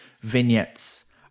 vignettes